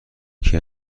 یکی